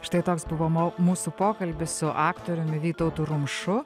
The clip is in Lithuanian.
štai toks buvo mo mūsų pokalbis su aktoriumi vytautu rumšu